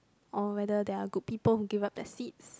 or whether they are good people who give up their seats